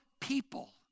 people